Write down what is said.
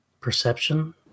Perception